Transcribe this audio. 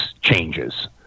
changes